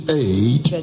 eight